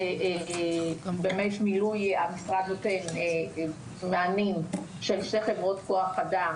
לכן המשרד עובד עם שתי חברות כוח אדם,